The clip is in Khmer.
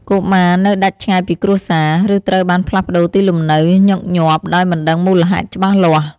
កុមារនៅដាច់ឆ្ងាយពីគ្រួសារ ឬត្រូវបានផ្លាស់ប្តូរទីលំនៅញឹកញាប់ដោយមិនដឹងមូលហេតុច្បាស់លាស់។